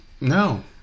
No